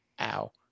ow